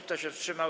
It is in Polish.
Kto się wstrzymał?